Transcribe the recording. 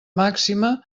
màxima